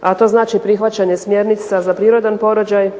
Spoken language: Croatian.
a to znači prihvaćanje smjernica za prirodan porođaj,